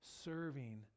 serving